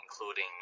including